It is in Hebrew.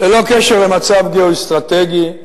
ללא קשר למצב גיאו-אסטרטגי,